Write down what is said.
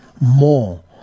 more